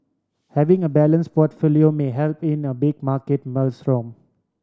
having a balance portfolio may help in a big market maelstrom